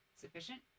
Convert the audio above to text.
sufficient